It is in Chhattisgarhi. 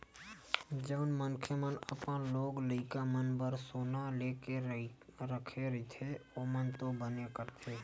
जउन मनखे मन अपन लोग लइका मन बर सोना लेके रखे रहिथे ओमन तो बने करथे